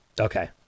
okay